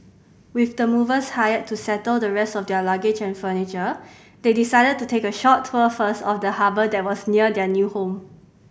with the movers hired to settle the rest of their luggage and furniture they decided to take a short tour first of the harbour that was near their new home